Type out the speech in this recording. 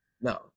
No